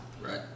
Right